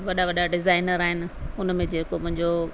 वॾा वॾा डिज़ाइनर आहिनि हुन में जेको मुंहिंजो